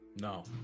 No